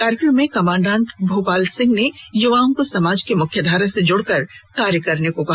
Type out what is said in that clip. कार्यक्रम में कमांडेंट भोपाल सिंह ने युवाओं को समाज की मुख्यधारा से जुड़कर कार्य करने को कहा